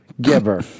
giver